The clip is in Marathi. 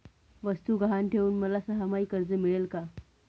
वस्तू गहाण ठेवून मला सहामाही कर्ज मिळेल का?